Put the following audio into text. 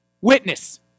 witness